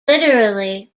literally